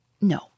No